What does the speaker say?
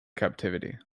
captivity